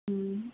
ம்